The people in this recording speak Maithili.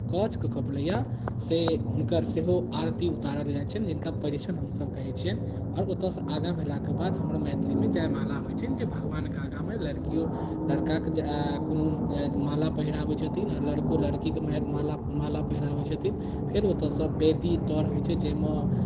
काछुके खपलोइआ सँ हुनकर सेहो आरती उतारल जाइ छनि जिनका परिछनि हमसभ कहै छियनि आओर ओतयसँ आगाँ भेलाके बाद हमर मैथिलीमे जयमाला होइ छनि जे भगवानके आगाँमे लड़कियो लड़काकेँ जे कोनो माला पहिराबै छथिन आ लड़को लड़कीकेँ माला माला पहिराबै छथिन फेर ओतयसँ वेदी तर होइ छै जाहिमे